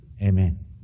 amen